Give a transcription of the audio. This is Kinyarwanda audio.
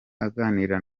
aganira